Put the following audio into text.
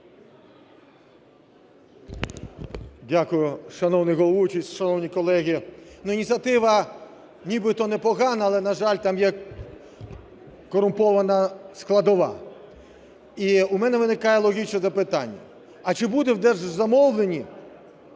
Дякую, шановний головуючий. Шановні колеги, ініціатива нібито непогана, але, на жаль, там є корумпована складова. І у мене виникає логічне запитання. А чи буде в держзамовленні